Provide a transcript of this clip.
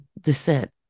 descent